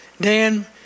Dan